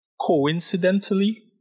coincidentally